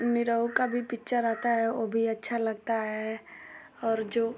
निरहुआ का भी पिक्चर आता है वो भी अच्छा लगता है और जो